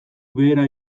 behera